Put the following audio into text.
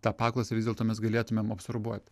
tą paklausą vis dėlto mes galėtumėm absorbuoti